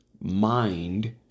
mind